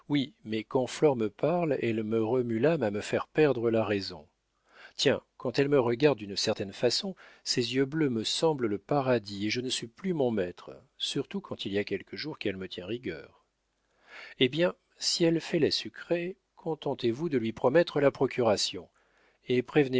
mais quand flore me parle elle me remue l'âme à me faire perdre la raison tiens quand elle me regarde d'une certaine façon ses yeux bleus me semblent le paradis et je ne suis plus mon maître surtout quand il y a quelques jours qu'elle me tient rigueur hé bien si elle fait la sucrée contentez-vous de lui promettre la procuration et